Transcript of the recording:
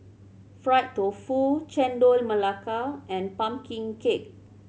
fried tofu Chendol Melaka and pumpkin cake